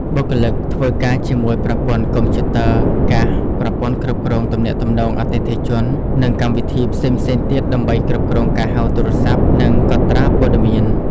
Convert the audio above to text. បុគ្គលិកធ្វើការជាមួយប្រព័ន្ធកុំព្យូទ័រ កាស ប្រព័ន្ធគ្រប់គ្រងទំនាក់ទំនងអតិថិជន និងកម្មវិធីផ្សេងៗទៀតដើម្បីគ្រប់គ្រងការហៅទូរស័ព្ទ និងកត់ត្រាព័ត៌មាន។